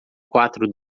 quatro